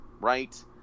right